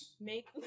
make